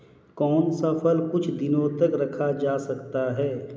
कौन सा फल कुछ दिनों तक रखा जा सकता है?